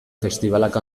festibalak